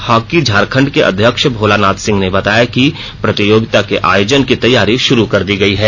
hockey Jharkhand के अध्यक्ष भोलानाथ सिंह ने बताया कि प्रतियोगिता के आयोजन की तैयारी षुरू कर दी गई है